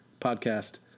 podcast